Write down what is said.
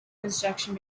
construction